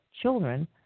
children